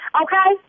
okay